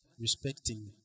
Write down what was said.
respecting